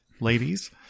Ladies